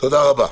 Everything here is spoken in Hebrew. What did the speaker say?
תודה רבה.